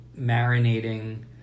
marinating